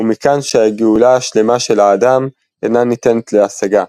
– ומכאן "שהגאולה השלמה של האדם אינה ניתנת להשגה",